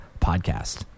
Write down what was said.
podcast